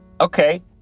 Okay